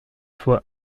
fois